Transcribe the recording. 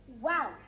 Wow